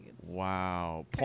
wow